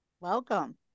Welcome